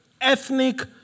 Ethnic